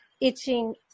itching